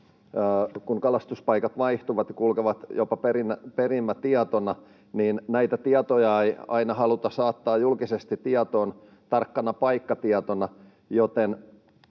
kun kalastuspaikat vaihtuvat, kulkevat jopa perimätietona, ja näitä tietoja ei aina haluta saattaa julkisesti tietoon tarkkana paikkatietona,